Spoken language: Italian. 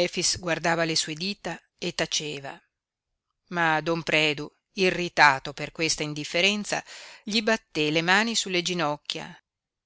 efix guardava le sue dita e taceva ma don predu irritato per questa indifferenza gli batté le mani sulle ginocchia